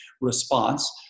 response